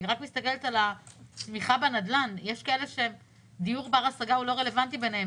אני מסתכלת על הצמיחה בנדל"ן יש כאלה שדיור בר-השגה לא רלוונטי עבורם.